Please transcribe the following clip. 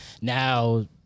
now